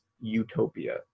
utopia